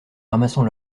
ramassant